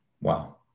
Wow